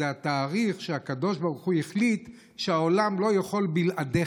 זה התאריך שהקדוש ברוך הוא החליט שהעולם לא יכול בלעדיך.